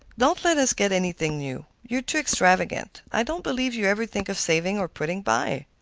don't let us get anything new you are too extravagant. i don't believe you ever think of saving or putting by.